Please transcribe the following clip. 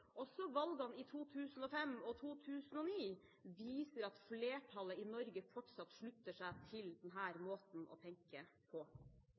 Også valgene i 2005 og i 2009 viser at flertallet i Norge fortsatt slutter seg til denne måten å tenke på.